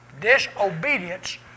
disobedience